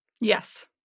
Yes